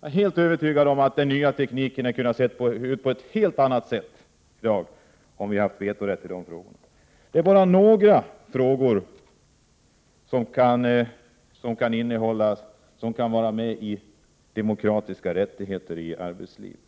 Jag är helt övertygad om att den nya tekniken hade sett ut på ett helt annat sätt i dag om vi hade haft vetorätt i de frågorna. Detta är bara några av de frågor som kan vara med bland de demokratiska rättigheterna i arbetslivet.